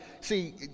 see—